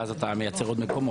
ואז אתה מייצר עוד מקומות.